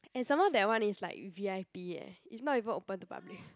and some more that one is like v_i_p eh it's not even open to public